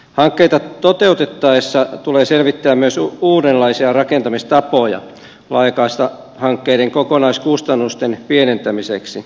hankkeita toteutettaessa tulee selvittää myös uudenlaisia rakentamistapoja laajakaistahankkeiden kokonaiskustannusten pienentämiseksi